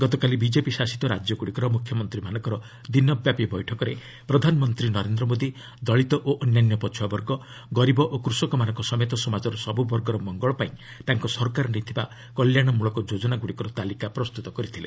ଗତକାଲି ବିଚ୍ଚେପି ଶାସିତ ରାଜ୍ୟଗୁଡ଼ିକର ମୁଖ୍ୟମନ୍ତ୍ରୀମାନଙ୍କର ଦିନ ବ୍ୟାପୀ ବୈଠକରେ ପ୍ରଧାନମନ୍ତ୍ରୀ ନରେନ୍ଦ୍ର ମୋଦି ଦଳିତ ଓ ଅନ୍ୟାନ୍ୟ ପଛୁଆବର୍ଗ ଗରିବ ଓ କୃଷକମାନଙ୍କ ସମେତ ସମାଜର ସବୁବର୍ଗର ମଙ୍ଗଳ ପାଇଁ ତାଙ୍କ ସରକାର ନେଇଥିବା କଲ୍ୟାଣମୂଳକ ଯୋଜନଗୁଡ଼ିକର ତାଲିକା ପ୍ରସ୍ତୁତ କରିଥିଲେ